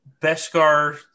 Beskar